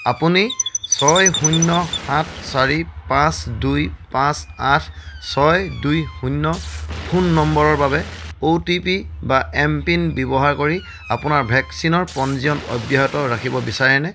আপুনি ছয় শূন্য সাত চাৰি পাঁচ দুই পাঁচ আঠ ছয় দুই শূন্য ফোন নম্বৰৰ বাবে অ' টি পি বা এমপিন ব্যৱহাৰ কৰি আপোনাৰ ভেকচিনৰ পঞ্জীয়ন অব্যাহত ৰাখিব বিচাৰেনে